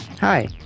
hi